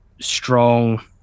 strong